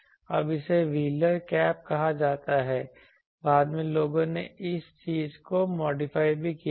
अब इसे wheeler cap कहा जाता है बाद में लोगों ने इस चीज को मॉडिफाई भी किया है